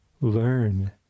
learn